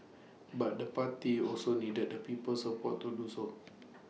but the party also needed the people's support to do so